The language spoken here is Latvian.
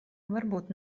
varbūt